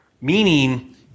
meaning